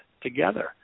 together